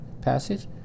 passage